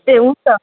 ए हुन्छ